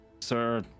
Sir